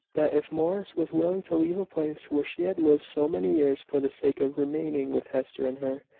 that if morris was willing to leave a place where she had lived so many years, for the sake of remaining with hester and her,